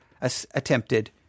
attempted